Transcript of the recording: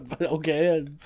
Okay